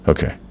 Okay